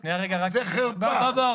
חרפה.